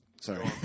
Sorry